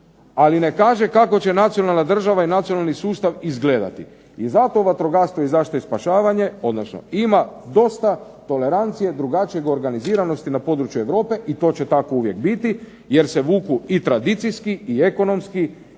ali ne kaže kako će nacionalna država i nacionalni sustav izgledati, i zato vatrogastvo i zaštita i spašavanje odnosno ima dosta tolerancije drugačije organiziranosti na području Europe i to će tako uvijek biti, jer se vuku i tradicijskih i reljefni